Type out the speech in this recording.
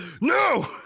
No